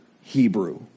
Hebrew